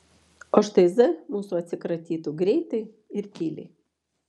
o štai z mūsų atsikratytų greitai ir tyliai